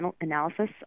analysis